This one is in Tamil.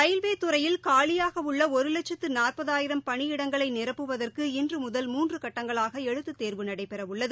ரயில்வே துறையில் காலியாக உள்ள ஒரு லட்சத்து நாற்பதாயிரம் பணியிடங்களை நிரப்புவதற்கு இன்று முதல் மூன்று கட்டங்களாக எழுத்து தேர்வு நடைபெறவுள்ளது